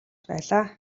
байлаа